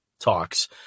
talks